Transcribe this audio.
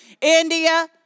India